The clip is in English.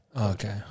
Okay